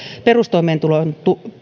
perustoimeentulon